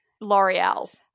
L'Oreal